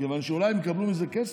כיוון שאולי הם יקבלו מזה כסף,